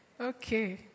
Okay